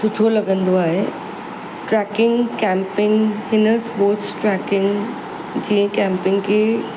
सुठो लॻंदो आहे ट्रैकिंग कैंपिंग हिन स्पोर्टस ट्रैकिंग जीअं कैंपिंग खे